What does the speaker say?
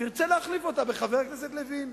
תרצה להחליף אותה בחבר הכנסת לוין,